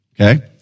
Okay